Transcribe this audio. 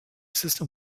system